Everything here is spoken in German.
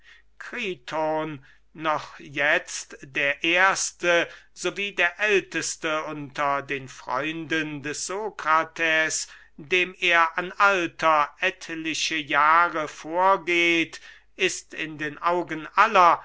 noch jetzt der erste so wie der älteste unter den freunden des sokrates dem er an alter etliche jahre vorgeht ist in den augen aller